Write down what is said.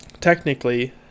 technically